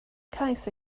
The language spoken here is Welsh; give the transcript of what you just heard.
cais